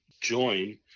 join